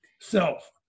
self